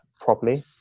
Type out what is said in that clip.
properly